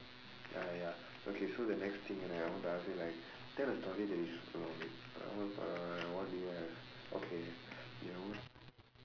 ya ya ya okay so the next thing right I want to ask you like tell a story that is no wait uh uh what do we have okay ஒரு ஊருலே இருப்பான்:oru uurulee iruppaan